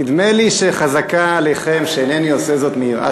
נדמה לי שחזקה עליכם שאינני עושה זאת מיראת